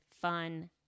fun